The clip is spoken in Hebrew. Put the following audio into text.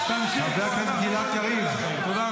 שיהיה לכם לבריאות.